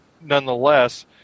nonetheless